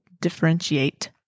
differentiate